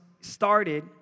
started